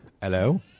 Hello